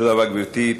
תודה רבה, גברתי.